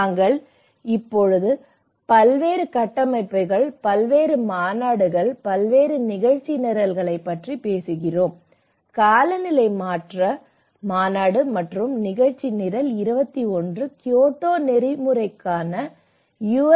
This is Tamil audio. நாங்கள் இப்போது பல்வேறு கட்டமைப்புகள் பல்வேறு மாநாடுகள் பல்வேறு நிகழ்ச்சி நிரல்களைப் பற்றி பேசுகிறோம் காலநிலை மாற்ற மாநாடு மற்றும் நிகழ்ச்சி நிரல் 21 கியோட்டோ நெறிமுறைக்கான யு